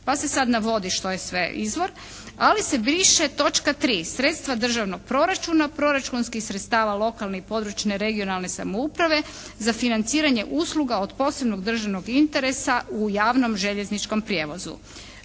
Pa se sad navodi što je sve izvor, ali se briše točka 3. sredstva državnog proračuna, proračunskih sredstava lokalne i područne (regionalne) samouprave za financiranje usluga od posebnog državnog interesa u javnom željezničkom prijevozu.